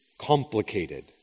complicated